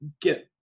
get